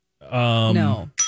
No